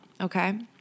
Okay